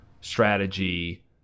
strategy